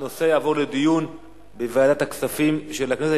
הנושא יעבור לדיון בוועדת הכספים של הכנסת.